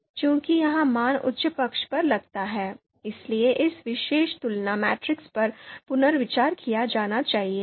चूंकि यह मान उच्च पक्ष पर लगता है इसलिए इस विशेष तुलना मैट्रिक्स पर पुनर्विचार किया जाना चाहिए